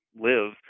live